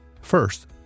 First